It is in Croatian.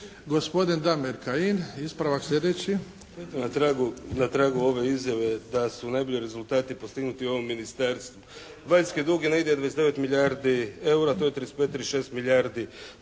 **Kajin, Damir (IDS)** Eto na tragu, na tragu ove izjave da su najbolji rezultati postignuti u ovom Ministarstvu, vanjski dug je negdje 29 milijardi EUR-a. To je 35, 36 milijardi